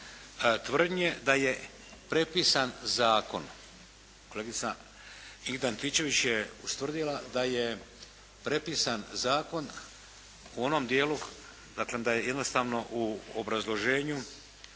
tvrdnje da je prepisan zakon. kolegica Ingrid Antičević je ustvrdila da je prepisan zakon u onom dijelu, dakle da je jednostavno u obrazloženju,